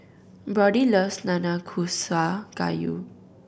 Brodie loves Nanakusa Gayu